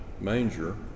manger